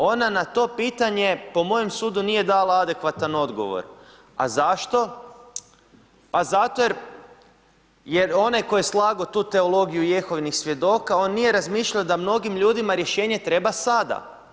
Ona na to pitanje po mojem sudu nije dala adekvatan odgovor, a zašto pa zato jer onaj tko je slago tu teologiju Jehovnih svjedoka on nije razmišljao da mnogim ljudima rješenje treba sada.